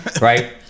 right